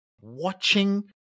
watching